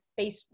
Facebook